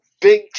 Big